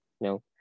no